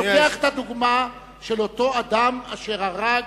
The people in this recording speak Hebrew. אני לוקח את הדוגמה של אותו אדם אשר הרג